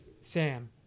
Sam